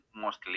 mostly